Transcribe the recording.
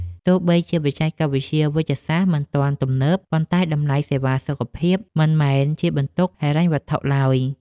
ទោះបីជាបច្ចេកវិទ្យាវេជ្ជសាស្ត្រមិនទាន់ទំនើប ប៉ុន្តែតម្លៃសេវាសុខភាពមិនមែនជាបន្ទុកហិរញ្ញវត្ថុឡើយ។